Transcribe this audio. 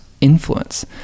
influence